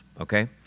okay